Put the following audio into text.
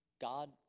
God